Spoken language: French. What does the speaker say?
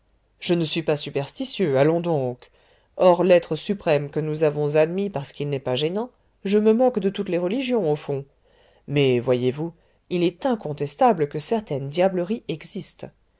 je ne suis pas superstitieux allons donc hors l'etre suprême que nous avons admis parce qu'il n'est pas gênant je me moque de toutes les religions au fond mais voyez-vous il est incontestable que certaines diableries existent